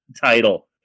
title